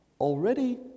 Already